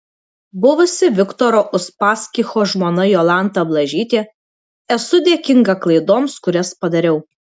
buvusi viktoro uspaskicho žmona jolanta blažytė esu dėkinga klaidoms kurias padariau